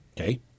Okay